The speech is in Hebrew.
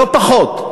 לא פחות.